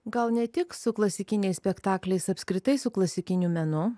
gal ne tik su klasikiniais spektakliais apskritai su klasikiniu menu